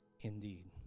indeed